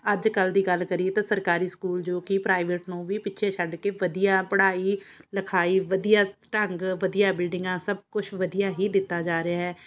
ਅੱਜ ਕੱਲ੍ਹ ਦੀ ਗੱਲ ਕਰੀਏ ਤਾਂ ਸਰਕਾਰੀ ਸਕੂਲ ਜੋ ਕਿ ਪ੍ਰਾਈਵੇਟ ਨੂੰ ਵੀ ਪਿੱਛੇ ਛੱਡ ਕੇ ਵਧੀਆ ਪੜ੍ਹਾਈ ਲਿਖਾਈ ਵਧੀਆ ਢੰਗ ਵਧੀਆ ਬਿਲਡਿੰਗਾਂ ਸਭ ਕੁਛ ਵਧੀਆ ਹੀ ਦਿੱਤਾ ਜਾ ਰਿਹਾ ਹੈ